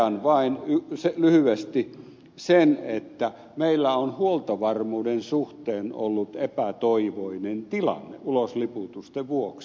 totean vain lyhyesti sen että meillä on huoltovarmuuden suhteen ollut epätoivoinen tilanne ulosliputusten vuoksi